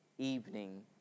Evening